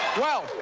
well,